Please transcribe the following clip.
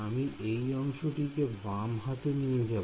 আমি এই অংশটিকে বাম হাতে নিয়ে যাব